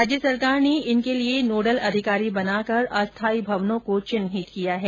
राज्य सरकार ने इनके लिए नोडल अधिकारी बनाकर अस्थायी भवनों को चिन्हित किया है